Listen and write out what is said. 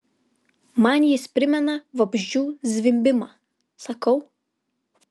man jis primena vabzdžių zvimbimą sakau